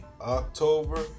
October